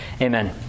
amen